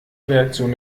reaktion